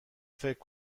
فکر